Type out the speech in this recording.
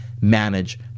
manage